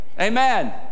Amen